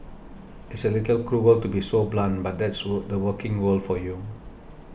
it's a little cruel to be so blunt but that's were the working world for you